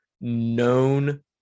known